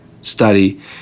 study